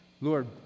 Lord